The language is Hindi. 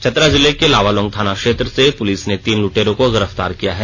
चतरा जिले के लावालौंग थाना क्षेत्र से पुलिस ने तीन लुटेरों को गिरफ़्तार किया है